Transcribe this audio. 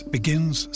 Begins